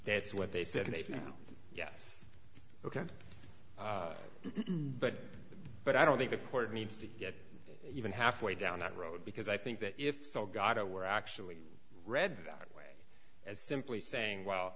that's what they said maybe yes ok but but i don't think the court needs to get even halfway down that road because i think that if so gado were actually read that way as simply saying well